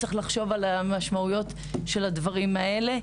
צריך לחשוב על המשמעויות של הדברים האלה,